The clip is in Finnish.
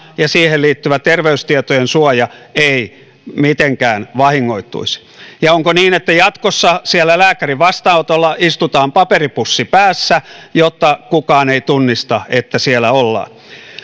ja siihen liittyvä terveystietojen suoja ei mitenkään vahingoittuisi onko niin että jatkossa siellä lääkärin vastaanotolla istutaan paperipussi päässä jotta kukaan ei tunnista että siellä ollaan